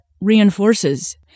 reinforces